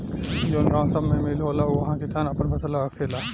जवन गावं सभ मे मील होला उहा किसान आपन फसल राखेला